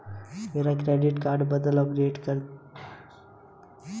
मेरा debit card बदलकर upgrade कर दीजिए